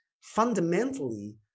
fundamentally